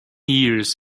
years